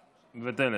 מוותרת.